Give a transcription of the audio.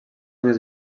més